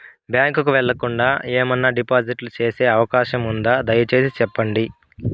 Bank కు వెళ్లకుండా, ఏమన్నా డిపాజిట్లు సేసే అవకాశం ఉందా, దయసేసి సెప్పండి?